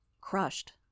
Crushed